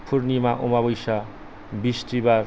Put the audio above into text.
फुरनिमा अमाबस्या बिस्तिबार